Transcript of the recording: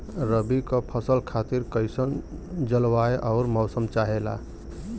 रबी क फसल खातिर कइसन जलवाय अउर मौसम चाहेला?